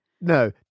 No